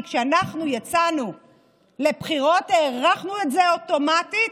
כי כשאנחנו יצאנו לבחירות הארכנו את זה אוטומטית.